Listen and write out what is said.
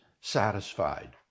satisfied